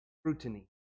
scrutiny